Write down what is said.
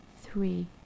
Three